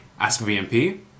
askvmp